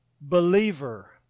believer